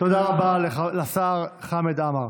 תודה רבה לשר חמד עמאר.